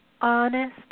honest